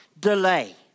delay